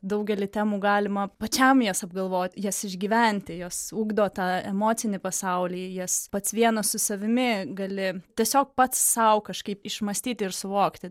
daugelį temų galima pačiam jas apgalvot jas išgyventi jos ugdo tą emocinį pasaulį jas pats vienas su savimi gali tiesiog pats sau kažkaip išmąstyti ir suvokti